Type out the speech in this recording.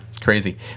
Crazy